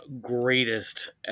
greatest